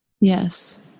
Yes